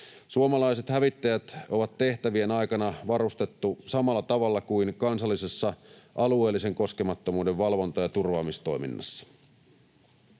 Suomalaiset hävittäjät on tehtävien aikana varustettu samalla tavalla kuin kansallisessa alueellisen koskemattomuuden valvonta‑ ja turvaamistoiminnassa.